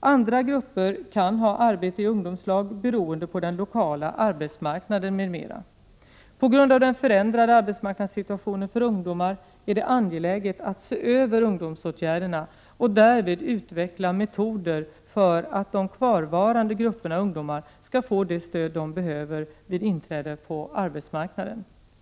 Andra grupper kan ha arbete i ungdomslag beroende på den lokala arbetsmarknaden m.m. På grund av den förändrade arbetsmarknadssituationen för ungdomar är det angeläget att se över ungdomsåtgärderna och därvid utveckla metoder för att de kvarvarande grupperna ungdomar skall få det stöd de behöver vid inträde på arbetsmarknaden.